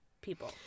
people